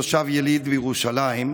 תושב ויליד ירושלים,